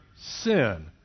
sin